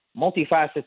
multifaceted